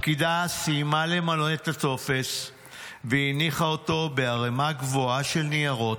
הפקידה סיימה למלא את הטופס והניחה אותו בערמה גבוהה של ניירות.